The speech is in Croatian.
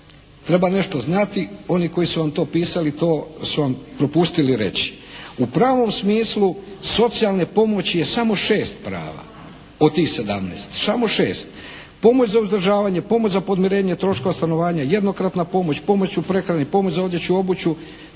Treba nešto znati. Oni koji su vam to pisali to su vam propustili reći. U pravom smislu socijalne pomoći je samo šest prava od tih sedamnaest, samo šest. Pomoć za uzdržavanje, pomoć za podmirenje troškova stanovanja, jednokratna pomoć, pomoć u prehrani, pomoć za odjeću i obuću,